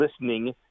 listening